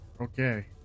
Okay